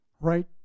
right